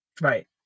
Right